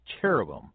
cherubim